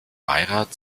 beirat